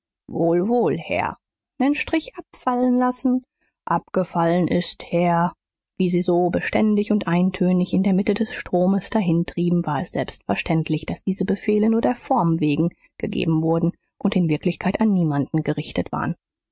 wohl wohl herr nen strich abfallen lassen abgefallen ist herr wie sie so beständig und eintönig in der mitte des stromes dahintrieben war es selbstverständlich daß diese befehle nur der form wegen gegeben wurden und in wirklichkeit an niemand gerichtet waren